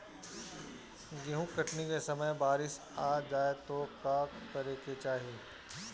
गेहुँ कटनी के समय बारीस आ जाए तो का करे के चाही?